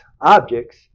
objects